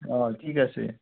অ ঠিক আছে